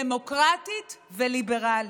דמוקרטית וליברלית.